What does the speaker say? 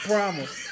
Promise